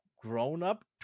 grown-up